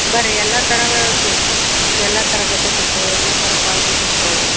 ಬನ್ರಿ ಎಲ್ಲ ಥರದ ಸಿ ಎಲ್ಲ ಥರ ಬಟ್ಟೆ ಸಿಗ್ತವೆ ಎಲ್ಲ ಥರ ಕ್ವಾಲ್ಟಿ ಸಿಗ್ತವೆ